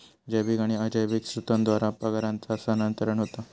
जैविक आणि अजैविक स्त्रोतांद्वारा परागांचा स्थानांतरण होता